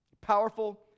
Powerful